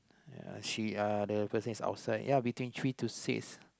ya she uh the person is outside ya between three to six